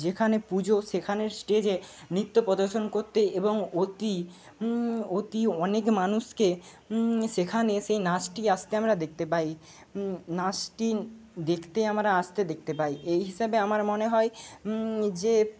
যেখানে পুজো সেখানের স্টেজে নৃত্য প্রদর্শন করতে এবং অতি অতি অনেক মানুষকে সেখানে সেই নাচটি আসতে আমরা দেখতে পাই আমরা দেখতে পাই নাচটি দেখতে আমরা আসতে দেখতে পাই এই হিসাবে আমার মনে হয় যে